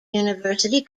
university